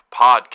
Podcast